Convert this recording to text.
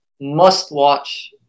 must-watch